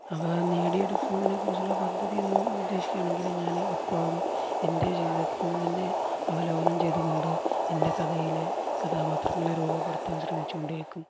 അവ നേടിയെടുക്കുന്നതിനെക്കുറിച്ചുള്ള പദ്ധതി എന്ന് ഉദ്ദേശിക്കുകയാണെങ്കില് ഞാന് എപ്പോഴും എൻ്റെ ജീവിതത്തില്നിന്നു തന്നെ അവലോകനം ചെയ്തുകൊണ്ട് എൻ്റെ കഥയിലെ കഥാപാത്രങ്ങളെ രൂപപ്പെടുത്താൻ ശ്രമിച്ചുകൊണ്ടിരിക്കും